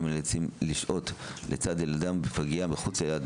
הנאלצים לשהות לצד ילדם בפגייה מחוץ לאילת,